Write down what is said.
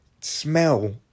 smell